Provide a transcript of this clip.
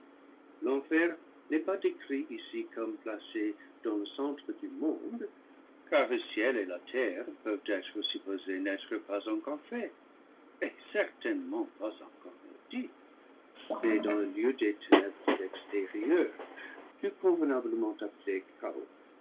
n'est pas décrit ici comme placé dans le centre du monde car le ciel et la terre peuvent être supposés n'être pas encore faits et certainement pas encore maudits mais dans le lieu des ténèbres extérieures plus convenablement appelé chaos